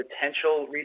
potential